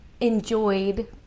enjoyed